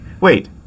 wait